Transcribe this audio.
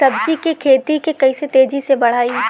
सब्जी के खेती के कइसे तेजी से बढ़ाई?